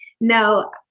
no